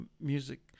music